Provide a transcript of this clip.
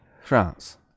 France